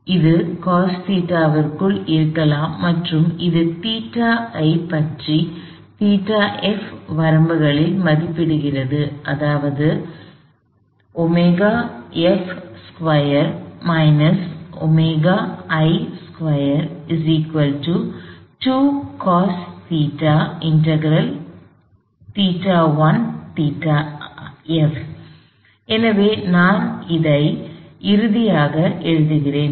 எனவே இது காஸ் தீட்டாவிற்குள் இருக்கலாம் மற்றும் இது தீட்டா i மற்றும் தீட்டா f வரம்புகளில் மதிப்பிடப்படுகிறது அதாவது எனவே நான் இதை இறுதியாக எழுதுகிறேன்